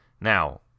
Now